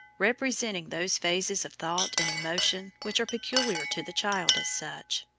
representing those phases of thought and emotion which are peculiar to the child as such,